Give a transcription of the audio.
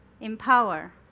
empower